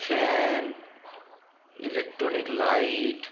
fan electronic light